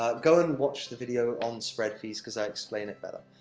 ah go and watch the video on spread fees, because i explain it better.